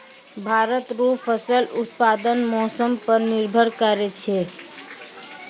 भारत रो फसल उत्पादन मौसम पर निर्भर करै छै